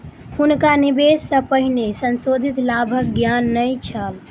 हुनका निवेश सॅ पहिने संशोधित लाभक ज्ञान नै छल